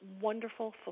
wonderful